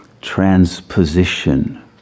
transposition